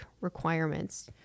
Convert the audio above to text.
requirements